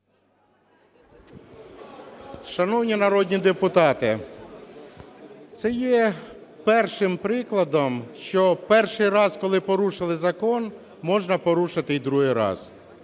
Шановні народні депутати, це є першим прикладом, що перший раз, коли порушили закон, можна порушити і другий раз.